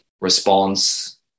response